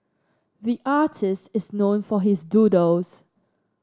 the artist is known for his doodles